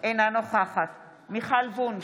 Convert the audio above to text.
אינה נוכחת מיכל וונש,